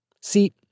See